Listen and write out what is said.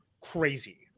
crazy